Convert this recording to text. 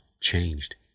changed